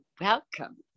welcome